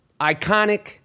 iconic